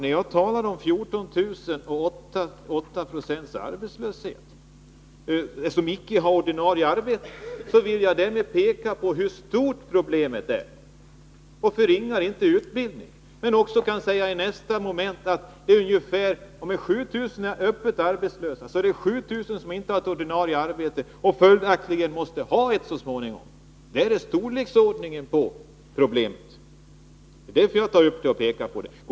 När jag talar om 8 96 arbetslöshet och om 14 000 människor som icke har ordinarie arbete vill jag därmed visa hur stort problemet är. Jag förringar för den skull inte utbildning. Men jag kan i nästa moment säga att om det finns 7 000 öppet arbetslösa, så finns det 7 000 personer som inte har något ordinarie arbete och följaktligen måste ha ett så småningom. Det är storleksordningen på problemet. Det är därför som jag har pekat på den saken.